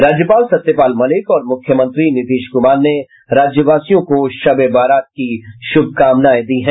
राज्यपाल सत्यपाल मलिक और मुख्यमंत्री नीतीश कुमार ने राज्यवासियों को शब ए बारात की शुभकामनाएं दी है